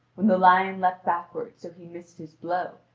when the lion leaded backward so he missed his blow,